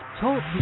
Talk